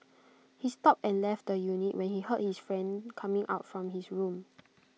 he stopped and left the unit when he heard his friend coming out from his room